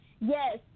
Yes